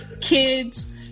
kids